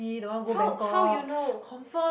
how how you know